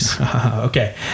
Okay